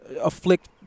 afflict